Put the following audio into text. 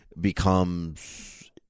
becomes